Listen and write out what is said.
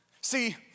See